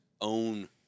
own